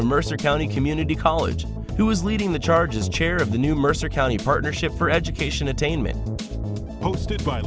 of mercer county community college who is leading the charge is chair of the new mercer county partnership for education attainment hosted by